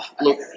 look